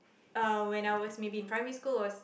uh when I was maybe in primary school or